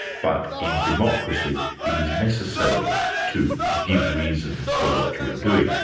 but in democracy it is necessary to give reasons for what you are doing.